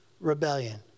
rebellion